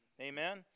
Amen